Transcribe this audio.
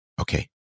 okay